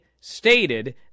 stated